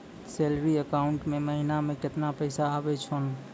Salary account मे महिना मे केतना पैसा आवै छौन?